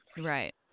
Right